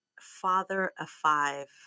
father-of-five